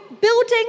building